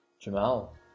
Jamal